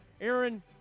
Aaron